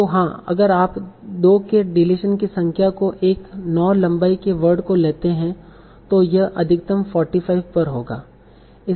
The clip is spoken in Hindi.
तो हाँ अगर आप 2 के डिलीटस की संख्या को एक 9 लंबाई के वर्ड को लेते हैं तो यह अधिकतम 45 पर होगा